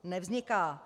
Nevzniká.